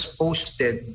posted